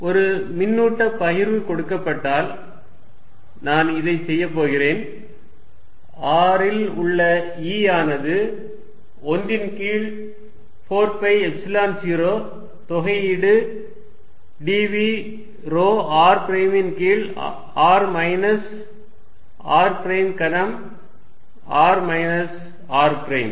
ஒரு மின்னூட்ட பகிர்வு கொடுக்கப்பட்டால் நான் இதை செய்யப் போகிறேன் r ல் உள்ள E யானது 1 ன் கீழ் 4 பை எப்சிலன் 0 தொகையீடு dv ρ r பிரைமின் கீழ் r மைனஸ் r பிரைம் கனம் r மைனஸ் r பிரைம்